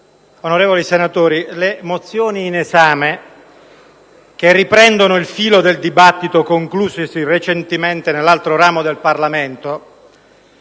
onorevoli senatori, le mozioni in esame, che riprendono il filo del dibattito conclusosi recentemente nell'altro ramo del Parlamento,